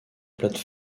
plate